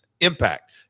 impact